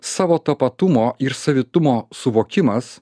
savo tapatumo ir savitumo suvokimas